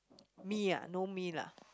me ah no me lah